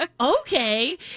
Okay